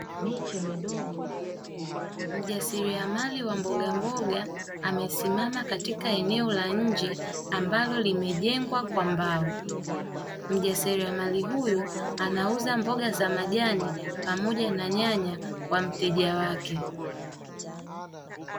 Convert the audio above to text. Mjasiriamali wa mbogamboga amesimama katika eneo la nje ambalo limejengwa kwa mbao. Mjasiriamali huyu anauza mboga za majani pamoja na nyanya kwa mteja wake.